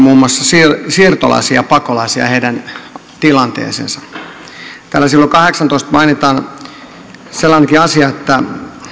muun muassa siirtolaisiin ja pakolaisiin ja heidän tilanteeseensa täällä sivulla kahdeksaantoista mainitaan sellainenkin asia että